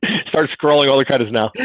start scrolling all the cut is now.